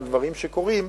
על דברים שקורים,